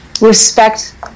respect